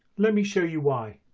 let me show you why.